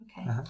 Okay